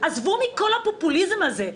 עזבו מכל הפופוליזם הזה.